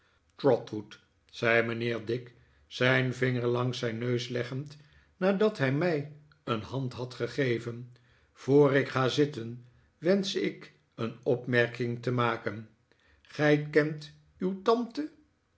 trotwood zei mijnheer dick zijn vinger langs zijn neus leggend nadat hij mij een hand had gegeven voor ik ga zitten wensch ik een opmerking te maken gij kent uw tante